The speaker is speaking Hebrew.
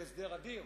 להסדר אדיר,